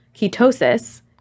ketosis